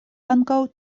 ankaŭ